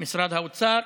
משרד האוצר.